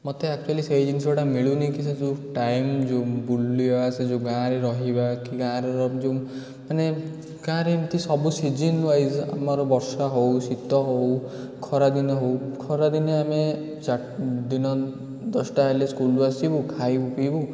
ମୋତେ ଆକ୍ଚୁଆଲୀ ସେଇ ଜିନିଷଟା ମିଳୁନି କି ସେ ଯେଉଁ ଟାଇମ୍ ଯେଉଁ ବୁଲିବା ସେ ଯେଉଁ ଗାଁରେ ରହିବା କି ଗାଁରେ ଯେଉଁମାନେ ଗାଁରେ ଏମିତି ସବୁ ସିଜନ୍ ୱାଇଜ୍ ଆମର ବର୍ଷା ହେଉ ଶୀତ ହେଉ ଖରାଦିନ ହେଉ ଖରାଦିନେ ଆମେ ଦିନ ଆମ ଦଶଟା ହେଲେ ସ୍କୁଲ୍ରୁ ଆସିବୁ ଖାଇବୁ ପିଇବୁ